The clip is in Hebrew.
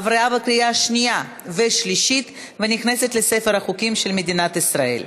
עברה בקריאה שנייה ושלישית ונכנסת לספר החוקים של מדינת ישראל.